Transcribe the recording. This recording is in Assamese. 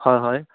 হয় হয়